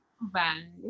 bye